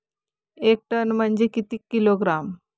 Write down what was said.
एक टन म्हनजे किती किलोग्रॅम?